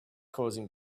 causing